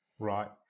Right